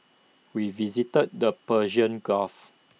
we visited the Persian gulf